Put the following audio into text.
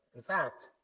in fact,